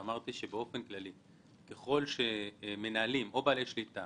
אמרתי שככל שמנהלים או בעלי שליטה